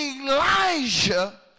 Elijah